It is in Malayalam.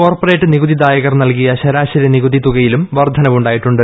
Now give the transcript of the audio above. കോർപറേറ്റ് നികുതിദായകർ നൽകിയ ശരാശരി നികുതി തുകയിലും വർധനവ് ഉണ്ടായിട്ടുണ്ട്